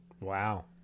Wow